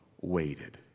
waited